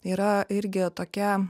yra irgi tokia